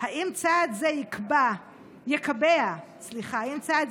האמת היא שקשה לדבר אחרי חברת הכנסת אימאן,